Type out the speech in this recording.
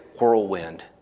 whirlwind